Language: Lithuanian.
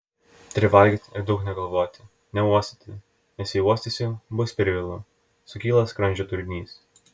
turi valgyti ir daug negalvoti neuostyti nes jei uostysi bus per vėlu sukyla skrandžio turinys